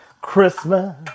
Christmas